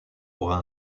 aura